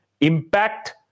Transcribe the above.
Impact